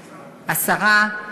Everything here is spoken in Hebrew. השרה,